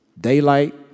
daylight